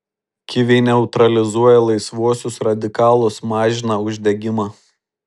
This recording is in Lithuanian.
kiviai neutralizuoja laisvuosius radikalus mažina uždegimą